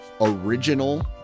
original